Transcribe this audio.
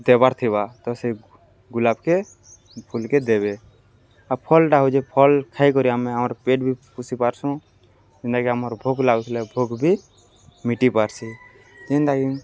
ଦେବାର୍ ଥିବା ତ ସେ ଗୁଲାପକେ ଫୁଲକେ ଦେବେ ଆଉ ଫଲ୍ଟା ହଉଚି ଫଲ୍ ଖାଇକରି ଆମେ ଆମର ପେଟ ବି ପୁଷି ପାର୍ସୁଁ ଯେନ୍ତାକି ଆମର ଭୋଗ ଲାଗୁଥିଲେ ଭୋଗ ବି ମିଟି ପାର୍ସି ଯେନ୍ତାକି